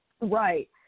right